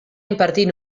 impartir